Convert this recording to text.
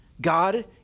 God